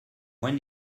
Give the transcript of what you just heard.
when